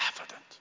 evident